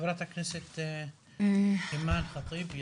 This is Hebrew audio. חברת הכנסת אימאן ח'טיב.